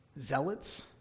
zealots